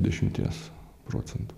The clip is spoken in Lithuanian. dešimties procentų